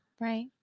Right